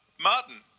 Martin